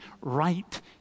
right